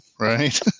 right